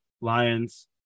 Lions